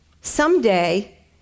someday